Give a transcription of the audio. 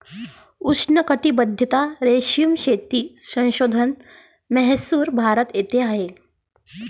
उष्णकटिबंधीय रेशीम शेती संशोधन म्हैसूर, भारत येथे आहे